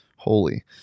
holy